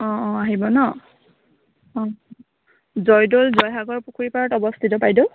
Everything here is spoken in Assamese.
অঁ অঁ আহিব ন অঁ জয়দৌল জয়সাগৰ পুখুৰীৰ পাৰত অৱস্থিত বাইদেউ